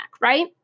Right